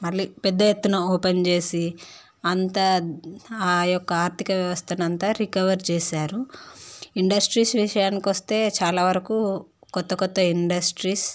మళ్ళీ పెద్ద ఎత్తున ఓపెన్ చేసి అంతా ఆ యొక్క ఆర్థిక వ్యవస్థనంత రికవరీ చేశారు ఇండస్ట్రీస్ విషయానికి వస్తే చాలా వరకు కొత్త కొత్త ఇండస్ట్రీస్